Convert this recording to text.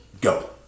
go